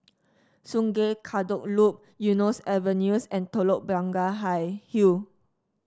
Sungei Kadut Loop Eunos Avenues and Telok Blangah Hi Hill